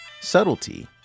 subtlety